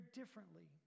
differently